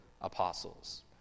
apostles